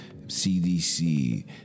CDC